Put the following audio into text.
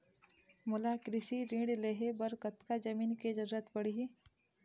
मोला कृषि ऋण लहे बर कतका जमीन के जरूरत पड़ही?